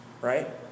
right